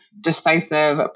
decisive